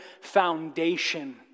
foundation